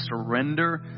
surrender